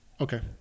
Okay